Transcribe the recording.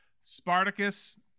Spartacus